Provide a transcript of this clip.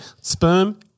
sperm